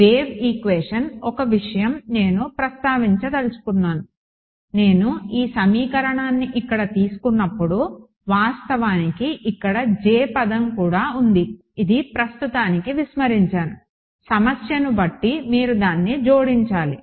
wave equation ఒక విషయం నేను ప్రస్తావించదలుచుకున్నాను నేను ఈ సమీకరణాన్ని ఇక్కడ తీసుకున్నప్పుడు వాస్తవానికి ఇక్కడ J పదం కూడా ఉంది నేను ప్రస్తుతానికి విస్మరించాను సమస్యను బట్టి మీరు దాన్ని జోడించాలి